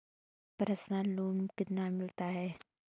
Personal loan कितना मिलता है?